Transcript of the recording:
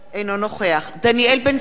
אינו נוכח דניאל בן-סימון,